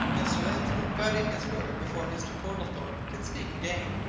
mr. lindsey got in his word before mr. portlethorpe could speak again.